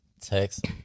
Text